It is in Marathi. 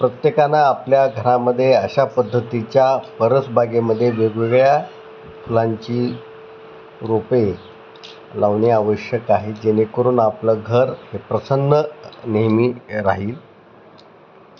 प्रत्येकानं आपल्या घरामध्ये अशा पद्धतीच्या परसबागेमध्ये वेगवेगळ्या फुलांची रोपे लावणे आवश्यक आहे जेणेकरून आपलं घर हे प्रसन्न नेहमी राहील